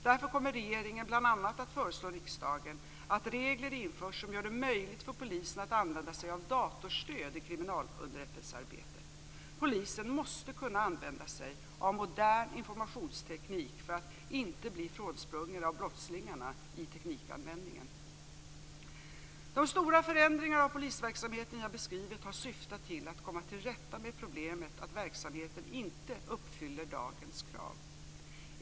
Därför kommer regeringen bl.a. att föreslå riksdagen att regler införs som gör det möjligt för polisen att använda sig av datorstöd i kriminalunderrättelsearbetet. Polisen måste kunna använda sig av modern informationsteknik för att inte bli frånsprungen av brottslingarna i teknikanvändningen. De stora förändringar av polisverksamheten jag beskrivit har syftat till att komma till rätta med problemet att verksamheten inte uppfyller dagens krav.